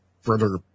Further